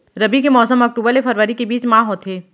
रबी के मौसम अक्टूबर ले फरवरी के बीच मा होथे